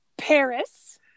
Paris